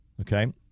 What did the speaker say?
Okay